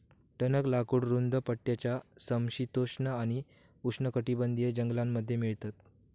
टणक लाकूड रुंद पट्ट्याच्या समशीतोष्ण आणि उष्णकटिबंधीय जंगलांमध्ये मिळतात